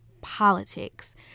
politics